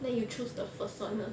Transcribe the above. then you choose the first [one] !huh!